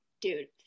dude